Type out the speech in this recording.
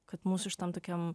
kad mūsų šitam tokiam